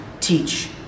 teach